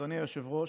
אדוני היושב-ראש,